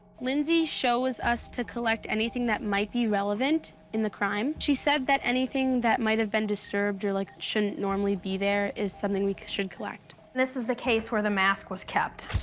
lindsey shows us to collect anything that might be relevant in the crime. she said that anything that might have been disturbed or like, shouldn't normally be there is something we should collect. this is the case where the mask was kept.